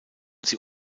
sie